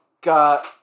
got